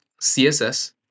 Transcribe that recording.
CSS